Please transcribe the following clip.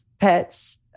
pets